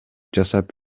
жасап